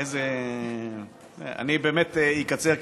אני באמת אקצר,